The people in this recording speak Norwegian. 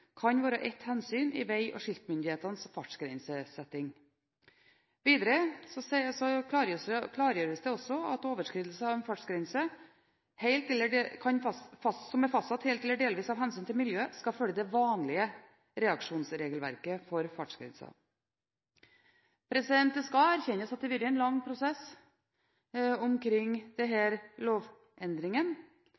kan være ett hensyn i veg- og skiltmyndighetenes fartsgrensesetting. Videre klargjøres det også at overskridelser av en fartsgrense som er fastsatt helt eller delvis av hensyn til miljøet, skal følge det vanlige reaksjonsregelverket for fartsgrenser. Det skal erkjennes at det har vært en lang prosess omkring denne lovendringen, men den